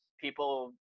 people